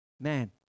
man